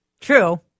True